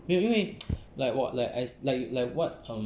没有因为 like what like I like what um